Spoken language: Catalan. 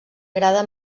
agrada